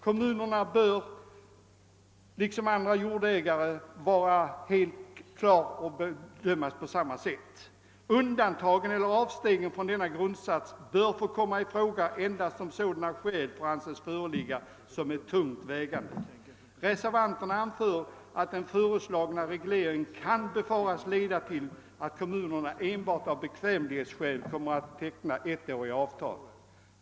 Kommunerna bör vara jämställda med varje annan jordägare. Undantagen eller avstegen från denna grundsats bör få komma i fråga endast om sådana skäl får anses föreligga som är tungt vägande. Reservanterna anför att den föreslagna regleringen kan befaras leda till att kommunerna enbart av bekvämlighetsskäl kommer att teckna ettåriga avtal.